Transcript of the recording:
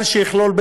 סל שיכלול,